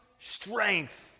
strength